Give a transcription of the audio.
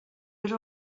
era